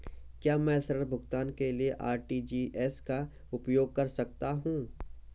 क्या मैं ऋण भुगतान के लिए आर.टी.जी.एस का उपयोग कर सकता हूँ?